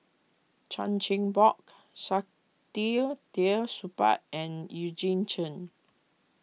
Chan Chin Bock Saktiandi Supaat and Eugene Chen